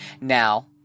Now